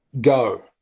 go